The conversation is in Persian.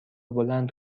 بلند